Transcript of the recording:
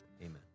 amen